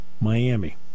Miami